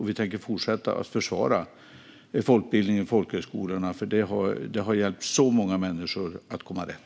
Vi tänker fortsätta att försvara folkbildningen och folkhögskolorna, för de har hjälpt många människor att komma rätt.